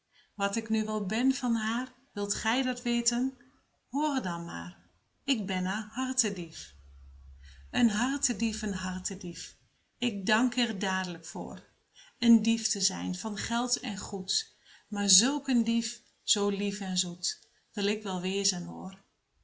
wat ik nu wel ben van haar wilt gy dat weten hoor dan maar ik ben haar hartedief pieter louwerse alles zingt een hartedief een hartedief ik dank er daad'lijk voor een dief te zijn van geld en goed maar zulk een dief zoo lief en zoet wil ik wel wezen hoor